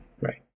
Right